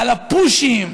על הפושים,